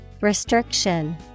Restriction